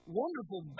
wonderful